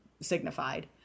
signified